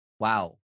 wow